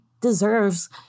deserves